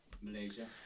Malaysia